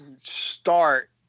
start